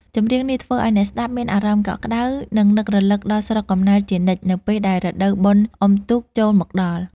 ចម្រៀងនេះ ធ្វើឱ្យអ្នកស្ដាប់មានអារម្មណ៍កក់ក្តៅ និងនឹករលឹកដល់ស្រុកកំណើតជានិច្ចនៅពេលដែលរដូវបុណ្យអុំទូកចូលមកដល់។